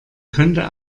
könnte